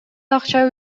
акча